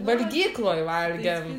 valgykloje valgėm